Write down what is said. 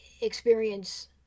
experience